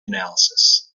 analysis